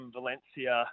Valencia